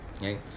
Okay